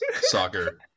soccer